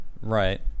Right